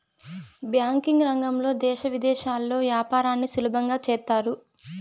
banking రంగంలో దేశ విదేశాల్లో యాపారాన్ని సులభంగా చేత్తారు